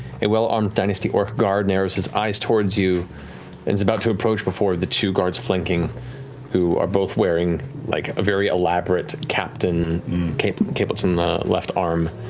a well-armed dynasty orc guard narrows his eyes towards you and is about to approach before the two guards flanking who are both wearing like a very elaborate captain capelets on and the left arm,